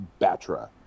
Batra